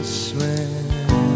swim